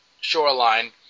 shoreline